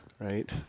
right